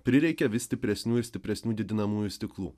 prireikia vis stipresnių ir stipresnių didinamųjų stiklų